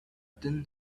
thin